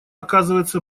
оказывается